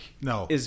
No